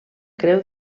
creu